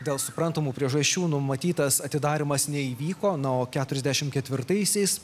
dėl suprantamų priežasčių numatytas atidarymas neįvyko na o keturiasdešimt ketvirtaisiais